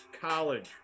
college